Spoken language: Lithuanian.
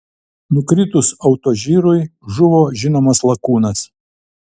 nukritus autožyrui žuvo žinomas lakūnas